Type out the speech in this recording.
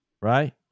Right